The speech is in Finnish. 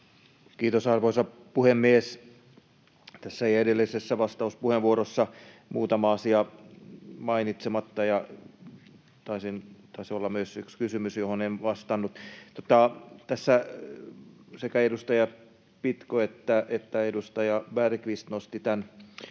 Kiitos, arvoisa puhemies! Tässä jäi edellisessä vastauspuheenvuorossa muutama asia mainitsematta, ja taisi olla myös yksi kysymys, johon en vastannut. Sekä edustaja Pitko että edustaja Bergqvist nostivat nämä